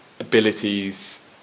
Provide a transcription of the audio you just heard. abilities